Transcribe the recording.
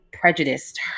prejudiced